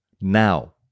now